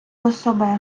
особа